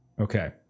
okay